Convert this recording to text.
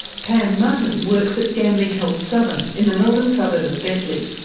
pam mutton works at gambler's help southern, in the melbourne suburb of bentleigh.